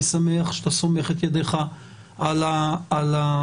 אני שמח שאתה סומך את ידיך על המהלך.